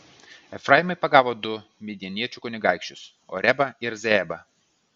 efraimai pagavo du midjaniečių kunigaikščius orebą ir zeebą